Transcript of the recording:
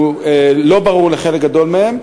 לא ברור לחלק גדול מהם.